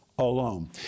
Alone